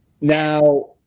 now